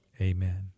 amen